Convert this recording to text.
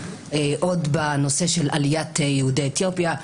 עוד בנושא של עליית יהודי אתיופיה.